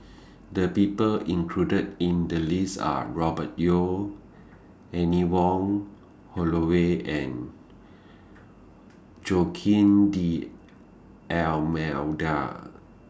The People included in The list Are Robert Yeo Anne Wong Holloway and Joaquim D'almeida